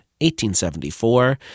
1874